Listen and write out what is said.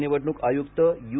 राज्य निवडणूक आयुक्त यू